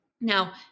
Now